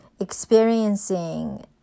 experiencing